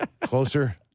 closer